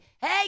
hey